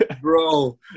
bro